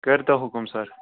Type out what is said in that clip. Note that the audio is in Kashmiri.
کٔرۍتو حُکُم سَر